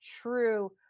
true